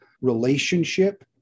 relationship